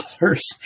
Dollars